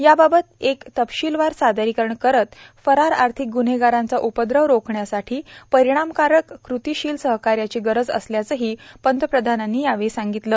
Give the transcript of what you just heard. याबाबत एक तपशीलवार सादरीकरण करत फरार आर्थिक ग्न्हेगारांचा उपद्रव रोखण्यासाठी परिणामकारक कृतीशील सहकार्याची गरज असल्याचंही पंतप्रधानानी यावेळी म्हणाले